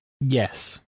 Yes